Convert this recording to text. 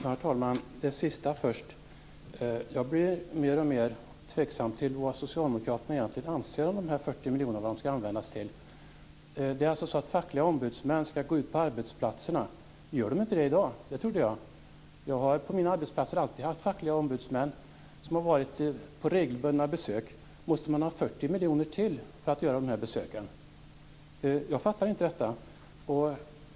Herr talman! Det sistnämnda först: Jag blir mer och mer tveksam till vad socialdemokraterna egentligen anser att de 40 miljonerna skall användas till. Det är alltså så att fackliga ombudsmän skall gå ut på arbetsplatserna. Gör de inte det i dag? Det trodde jag. På mina arbetsplatser har jag alltid haft regelbundna besök av fackliga ombudsmän. Måste man ha 40 miljoner ytterligare för att göra dessa besök? Jag fattar inte detta.